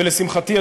ולשמחתי,